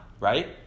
right